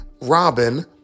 Robin